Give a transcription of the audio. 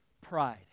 pride